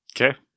Okay